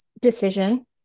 decision